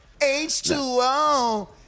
H2O